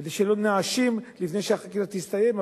כדי שלא נאשים לפני שהחקירה תסתיים.